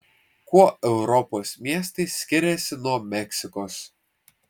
kuo europos miestai skiriasi nuo meksikos